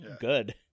good